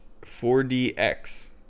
4DX